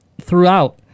throughout